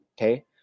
okay